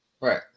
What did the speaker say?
right